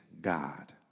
God